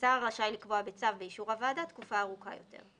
השר רשאי לקבוע בצו באישור הוועדה תקופה ארוכה יותר.